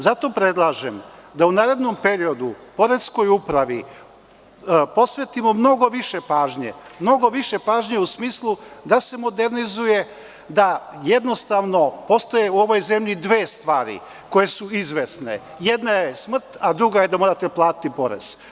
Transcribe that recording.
Zato predlažem da, u narednom periodu, poreskoj upravi posvetimo mnogo više pažnje, mnogo više pažnje u smislu da se modernizuje, da jednostavno postoje u ovoj zemlji dve stvari, koje su izvesne, jedna je smrt, a druga je da morate platiti porez.